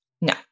No